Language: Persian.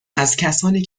ازکسانی